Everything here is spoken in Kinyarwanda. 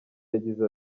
yagize